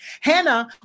Hannah